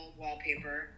wallpaper